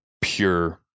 pure